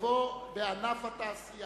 נא להצביע.